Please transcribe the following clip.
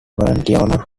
valentino